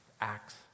Acts